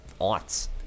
aughts